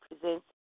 Presents